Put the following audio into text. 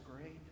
great